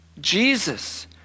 Jesus